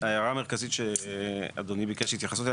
ההערה המרכזית שאדוני ביקשה התייחסות אליה,